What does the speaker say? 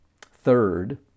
third